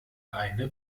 eine